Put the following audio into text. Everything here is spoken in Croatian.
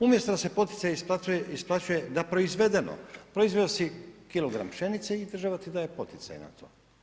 Umjesto da se poticaj isplaćuje na proizvedeno, proizveo si kilogram pšenice i država ti daje poticaj na to.